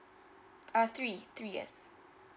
uh three three years